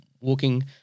walking